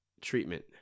treatment